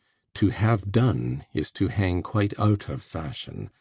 to have done is to hang quite out of fashion,